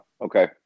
Okay